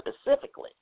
specifically